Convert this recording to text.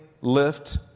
lift